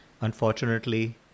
unfortunately